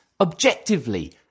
objectively